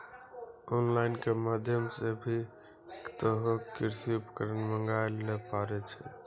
on line के माध्यम से भी तोहों कृषि उपकरण मंगाय ल पारै छौ